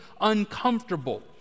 uncomfortable